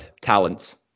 talents